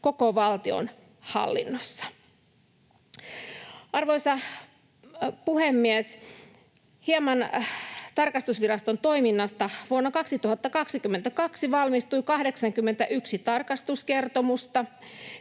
koko valtionhallinnossa. Arvoisa puhemies! Hieman tarkastusviraston toiminnasta: Vuonna 2022 valmistui 81 tarkastuskertomusta,